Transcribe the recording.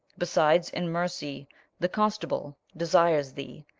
besides, in mercy the constable desires thee,